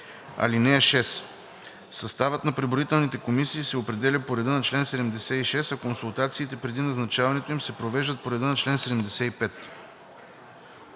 (6) Съставът на преброителните комисии се определя по реда на чл. 76, а консултациите преди назначаването им се провеждат по реда на чл. 75.